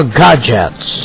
gadgets